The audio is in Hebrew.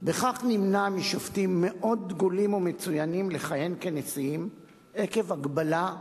בכך נמנע משופטים מאוד דגולים ומצוינים לכהן כנשיאים עקב הגבלה,